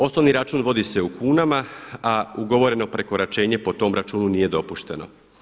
Osnovni račun vodi se u kunama, a ugovoreno prekoračenje po tom računu nije dopušteno.